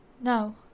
No